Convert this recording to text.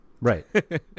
Right